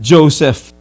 Joseph